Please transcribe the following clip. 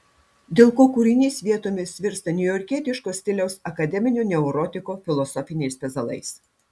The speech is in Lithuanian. dėl ko kūrinys vietomis virsta niujorkietiško stiliaus akademinio neurotiko filosofiniais pezalais